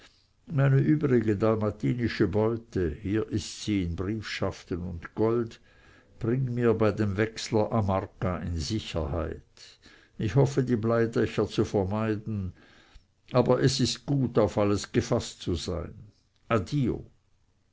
übrige dalmatische beute hier ist sie in briefschaften und gold bring mir bei dem wechsler a marca in sicherheit ich hoffe die bleidächer zu vermeiden aber es ist gut auf alles gefaßt zu sein